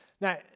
Now